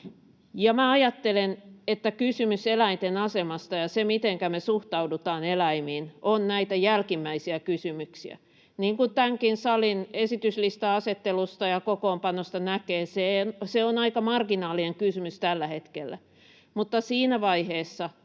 ajattelen, että kysymys eläinten asemasta ja se, mitenkä me suhtaudutaan eläimiin, ovat näitä jälkimmäisiä kysymyksiä. Niin kuin tämänkin salin esityslista-asettelusta ja kokoonpanosta näkee, se on aika marginaalinen kysymys tällä hetkellä, mutta siinä vaiheessa,